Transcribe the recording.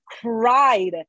cried